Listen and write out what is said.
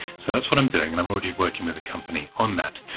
so, that's what i'm doing. and i'm already working with a company on that.